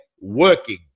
working